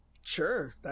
Sure